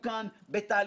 לכן, בין היתר,